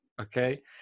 Okay